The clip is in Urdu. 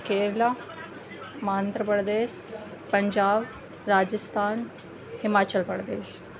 کیرلا آندھر پردیش پنجاب راجستھان ہماچل پردیش